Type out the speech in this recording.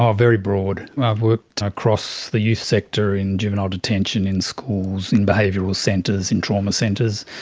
um very broad. i've worked across the youth sector in juvenile detention in schools and behavioural centres and trauma centres,